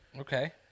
Okay